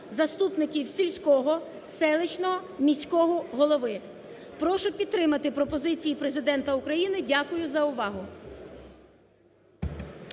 заступників сільського, селищного, міського голови. Прошу підтримати пропозиції Президента України. Дякую за увагу.